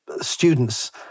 students